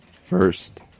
first